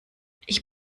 ich